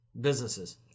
Businesses